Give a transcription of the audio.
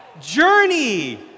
Journey